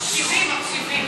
מקשיבים, מקשיבים.